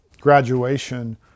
graduation